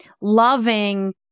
loving